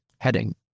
Heading